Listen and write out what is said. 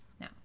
No